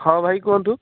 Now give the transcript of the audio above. ହଁ ଭାଇ କୁହନ୍ତୁ